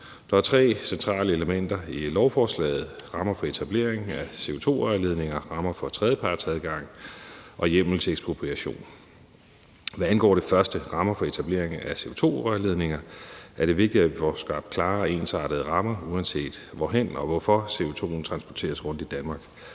Der er tre centrale elementer i lovforslaget: rammer for etablering af CO2-rørledninger, rammer for tredjepartsadgang og hjemmel til ekspropriation. Hvad angår det første, rammer for etablering af CO2-rørledninger, er det vigtigt, at vi får skabt klare og ensartede rammer, uanset hvorhen og hvorfor CO2'en transporteres rundt i Danmark.